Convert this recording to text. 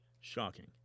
shocking